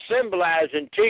symbolizing